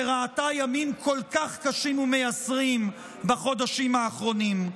שראתה ימים כל כך קשים ומייסרים בחודשים האחרונים.